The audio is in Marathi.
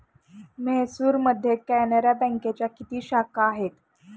म्हैसूरमध्ये कॅनरा बँकेच्या किती शाखा आहेत?